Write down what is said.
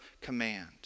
command